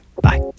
bye